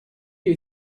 you